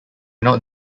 not